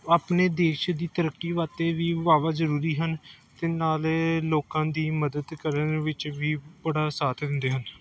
ਆਪਣੇ ਦੇਸ਼ ਦੀ ਤਰੱਕੀ ਵਾਸਤੇ ਵੀ ਵਾਹਵਾ ਜ਼ਰੂਰੀ ਹਨ ਅਤੇ ਨਾਲੇ ਲੋਕਾਂ ਦੀ ਮਦਦ ਕਰਨ ਵਿੱਚ ਵੀ ਬੜਾ ਸਾਥ ਦਿੰਦੇ ਹਨ